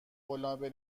قولنامه